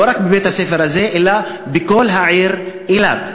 לא רק בבית-הספר הזה אלא בכל העיר אילת.